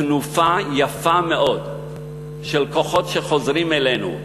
תנופה יפה מאוד של כוחות שחוזרים אלינו.